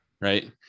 Right